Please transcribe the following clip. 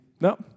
No